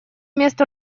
месту